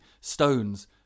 stones